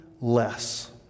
less